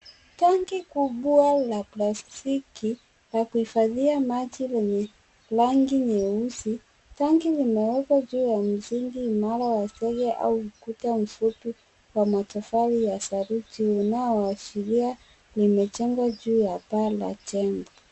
Tangi kubwa la plastiki la kuhifadhia maji lenye rangi nyeusi. Tangi limewekwa juu ya msingi mnara au ukuta mfupi wa matofali ya saruji unaoashiria limejengwa juu ya paa la jengo.